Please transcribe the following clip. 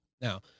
now